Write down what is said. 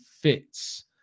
fits